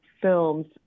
films